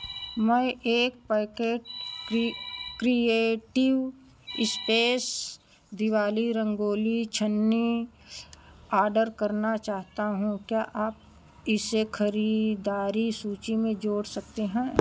मैं एक पैकेट क्री क्रिएटिव स्पेस दिवाली रंगोली छन्नी आर्डर करना चाहता हूँ क्या आप इसे खरीदारी सूची में जोड़ सकते हैं